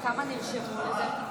כמה נרשמו לזה?